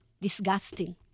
disgusting